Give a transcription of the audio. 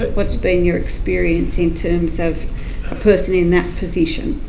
but what's been your experience in terms of a person in that position?